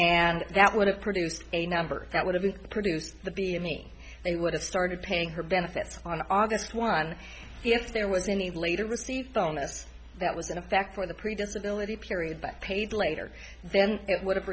and that would have produced a number that would have been produced the be in me they would have started paying her benefits on augur one if there was any later received illness that was in effect for the pre disability period that paid later then it would have